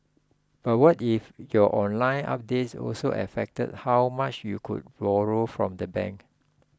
but what if your online updates also affected how much you could borrow from the bank